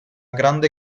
grande